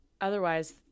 Otherwise